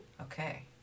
Okay